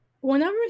whenever